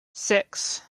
six